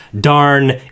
darn